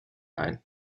ein